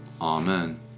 Amen